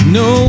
no